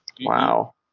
Wow